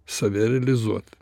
save realizuot